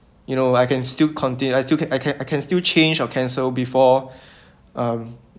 you know I can still conti~ I still can I can I can still change or cancel before um